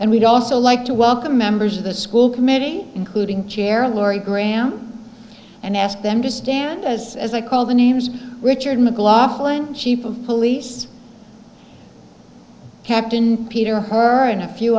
and we'd also like to welcome members of the school committee including chair lori graham and ask them to stand as as i call the names richard mclaughlin chief of police captain peter her and a few